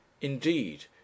Indeed